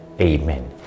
Amen